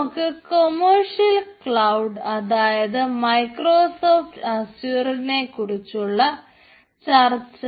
നമുക്ക് commercial cloud അതായത് Microsoft അസ്യൂറിനെക്കുറിച്ചുള്ള ചർച്ച